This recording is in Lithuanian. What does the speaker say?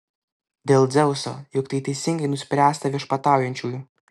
dėl dzeuso juk tai teisingai nuspręsta viešpataujančiųjų